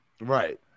Right